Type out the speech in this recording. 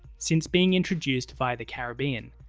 since being introduced via the caribbean,